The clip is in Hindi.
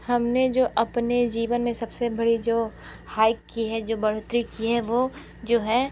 हमने जो अपने जीवन मे सबसे बड़ी जो हाइक की है जो बढ़ोतरी की है वह जो है